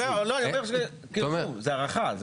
זו הארכה.